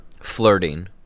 flirting